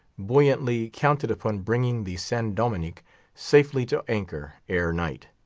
buoyantly counted upon bringing the san dominick safely to anchor ere night.